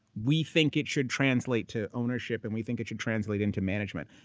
we think it should translate to ownership and we think it should translate into management.